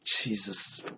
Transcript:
jesus